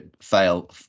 fail